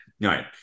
right